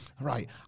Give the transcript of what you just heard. right